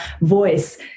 voice